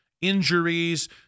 Injuries